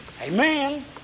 Amen